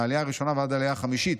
מהעלייה הראשונה ועד העלייה החמישית,